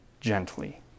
gently